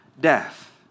death